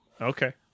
Okay